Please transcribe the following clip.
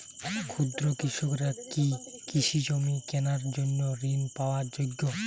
ক্ষুদ্র কৃষকরা কি কৃষিজমি কেনার জন্য ঋণ পাওয়ার যোগ্য?